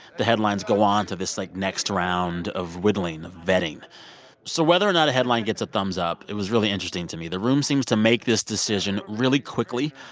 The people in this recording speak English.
the headlines go on to this, like, next round of whittling vetting so whether or not a headline gets a thumbs up, it was really interesting to me. the room seems to make this decision really quickly,